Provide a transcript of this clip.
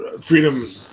freedom